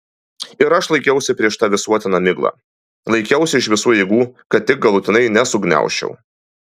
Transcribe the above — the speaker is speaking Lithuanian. ir aš laikiausi prieš tą visuotiną miglą laikiausi iš visų jėgų kad tik galutinai nesugniaužčiau